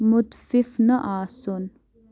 مُتفِف نہٕ آسُن